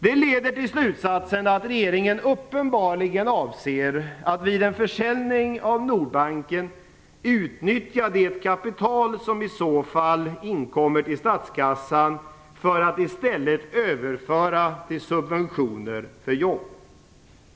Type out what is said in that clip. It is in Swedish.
Det leder till slutsatsen att regeringen uppenbarligen avser att vid en försäljning av Nordbanken utnyttja det kapital som i så fall inkommer till statskassan för att i stället överföra till subventioner för jobb.